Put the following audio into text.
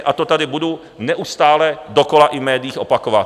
A to tady budu neustále dokola i v médiích opakovat.